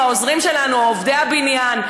או העוזרים שלנו או עובדי הבניין,